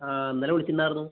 ആ ഇന്നലെ വിളിച്ചിട്ടുണ്ടായിരുന്നു